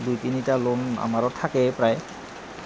দুই তিনিটা লোন আমাৰো থাকেই প্ৰায়